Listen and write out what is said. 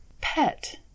pet